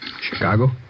Chicago